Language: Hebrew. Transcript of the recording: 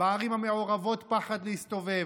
בערים המעורבות פחד להסתובב,